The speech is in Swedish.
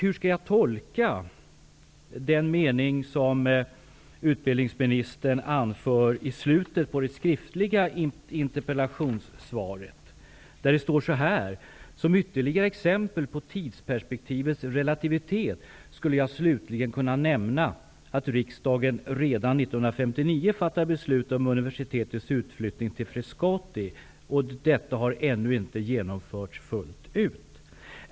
Hur skall jag tolka följande meningar i slutet av det skriftliga interpellationssvaret: ''Som ytterligare ett exempel på tidsperspektivets relativitet skulle jag slutligen kunna nämna att riksdagen redan 1959 fattade beslut om Detta har ännu inte genomförts fullt ut.''